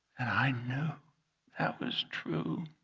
and i knew that was true.